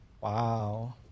Wow